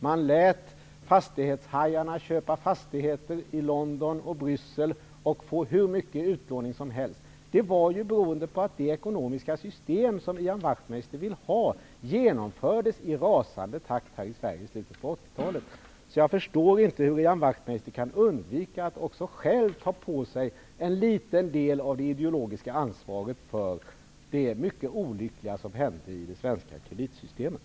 Man lät fastighetshajarna köpa fastigheter i London och Bryssel och låna hur mycket som helst. Det berodde på att det ekonomiska system som Ian Wachtmeister vill ha genomfördes i rasande takt i Sverige i slutet av 80-talet. Jag förstår inte hur Ian Wachtmeister kan undvika att också själv ta på sig en liten del av det ideologiska ansvaret för det mycket olyckliga som hände i det svenska kreditsystemet.